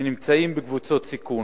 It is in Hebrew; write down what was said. שנמצאים בקבוצות סיכון.